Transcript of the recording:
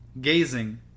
gazing